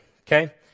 okay